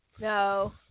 no